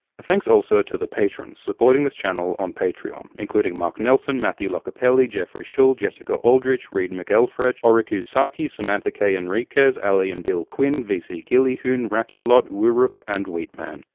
thanks also to the patrons supporting this channel on patreon, including mark nelson, mathieu lachapelle, jeffrey shull, jessica aldrich, reed mcelfresh, oroku saki, samantha k enriquez, allie and bill quinn, v c. gillyhoon, raculot, wurope and wheat man.